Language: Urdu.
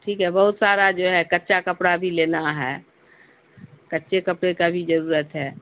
ٹھیک ہے بہت سارا جو ہے کچا کپڑا بھی لینا ہے کچے کپڑے کا بھی ضرورت ہے